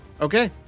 Okay